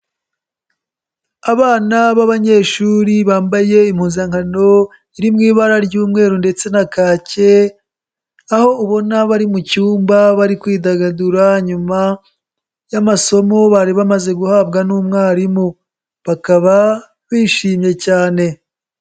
Abana b'abanyeshuri bambaye impuzankano iri mu ibara ry'umweru ndetse na kake aho ubona bari mu cyumba bari kwidagadura nyuma y'amasomo bari bamaze guhabwa n'umwarimu bakaba bishimye cyane.